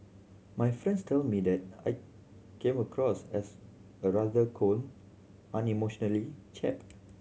my friends tell me that I came across as a rather cold unemotionally chap